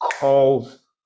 calls